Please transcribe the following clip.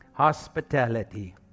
Hospitality